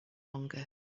longer